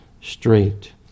straight